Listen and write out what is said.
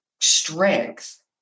Strength